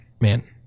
man